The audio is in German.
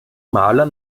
maler